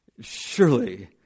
Surely